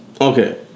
Okay